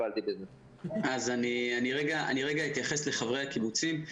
אני אתייחס לחברי הקיבוצים.